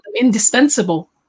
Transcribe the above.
indispensable